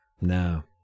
No